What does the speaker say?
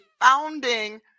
founding